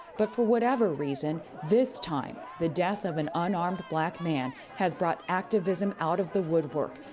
but, for whatever reason, this time, the death of an unarmed black man has brought activism out of the woodwork,